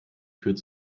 führt